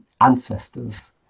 ancestors